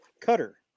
cutter